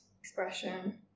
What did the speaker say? expression